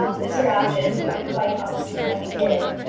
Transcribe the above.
mr apjohn would be quite honest in what he did.